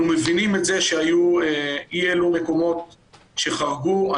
אנחנו מבינים שהיו אי-אלו מקומות שחרגו.